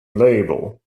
label